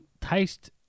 taste